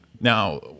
Now